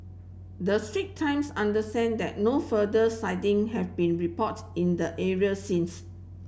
the Strait Times understand that no further sighting have been reported in the areas since